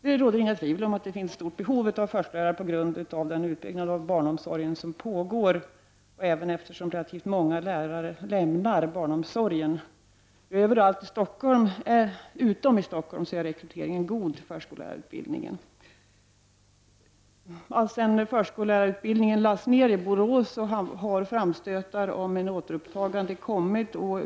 Det råder inget tvivel om att det finns ett stort behov av förskollärare på grund av den utbyggnad av barnomsorgen som pågår och även på grund av att relativt många lämnar barnomsorgen. Överallt utom i Stockholm är rekryteringen god till förskollärarutbildningen. Alltsedan förskollärarutbildningen lades ned i Borås har framstötar om ett återupptagande kommit.